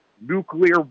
nuclear